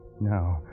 No